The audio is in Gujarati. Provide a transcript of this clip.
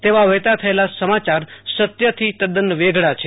તેવા વહેતા થયેલા સમાચાર સત્યથી તદન વેગળા છે